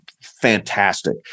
fantastic